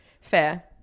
Fair